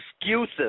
excuses